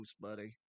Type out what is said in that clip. buddy